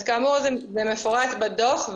אז כאמור, זה מפורט בדוח.